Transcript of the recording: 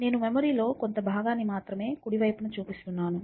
నేను మెమరీలో కొంత భాగాన్ని మాత్రమే కుడి వైపున చూపిస్తున్నాను